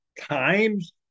times